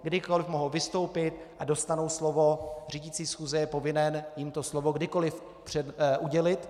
Kdykoli mohou vystoupit a dostanou slovo, řídící schůze je povinen jim to slovo kdykoli udělit.